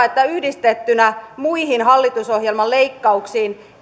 että yhdistettynä muihin hallitusohjelman leikkauksiin